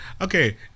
okay